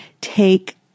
take